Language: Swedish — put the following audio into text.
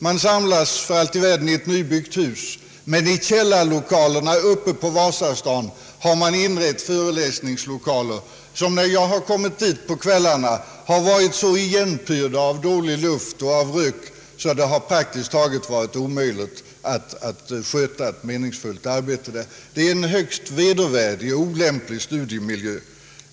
Man samlas för allt i världen i ett nybyggt hus, men i källarlokalerna i Vasastaden har det inrättats föreläsningslokaler som när jag kommit dit på kvällarna har varit så igenpyrda av dålig luft och av rök att det praktiskt taget har varit omöjligt att där sköta ett meningsfullt arbete. Det är en högst vedervärdig och olämplig studiemiljö.